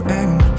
end